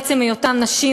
מעצם היותן נשים,